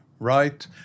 Right